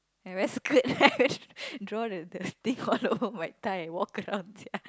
I very screwed right draw the the thing all over my thigh and walk around sia